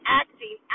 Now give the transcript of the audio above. acting